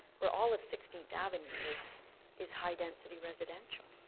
where all of sixteenth avenue is is high density residential.